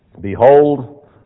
Behold